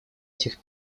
этих